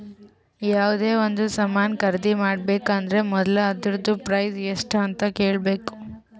ಯಾವ್ದೇ ಒಂದ್ ಸಾಮಾನ್ ಖರ್ದಿ ಮಾಡ್ಬೇಕ ಅಂದುರ್ ಮೊದುಲ ಅದೂರ್ದು ಪ್ರೈಸ್ ಎಸ್ಟ್ ಅಂತ್ ಕೇಳಬೇಕ